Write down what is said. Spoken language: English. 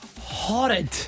horrid